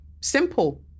simple